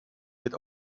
wird